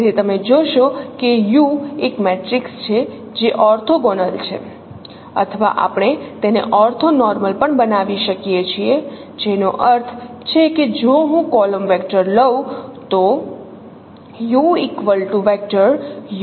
તેથી તમે જોશો કે U એક મેટ્રિક્સ છે જે ઓર્થોગોનલ છે અથવા આપણે તેને ઓર્થોનોર્મલ પણ બનાવી શકીએ છીએ જેનો અર્થ છે કે જો હું કોલમ વેક્ટર લઉં તો